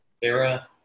era